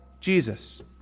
Jesus